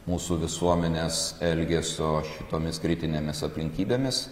mūsų visuomenės elgesio šitomis kritinėmis aplinkybėmis